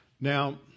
Now